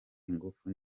ingufu